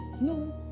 no